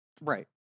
Right